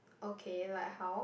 okay like how